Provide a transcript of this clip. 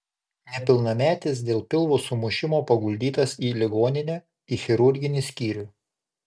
nepilnametis dėl pilvo sumušimo paguldytas į ligoninę į chirurginį skyrių